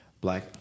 black